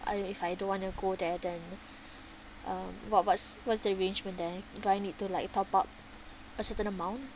uh if I don't want to go there then um what what's what's the arrangement there do I need to like top up a certain amount